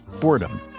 boredom